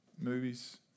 movies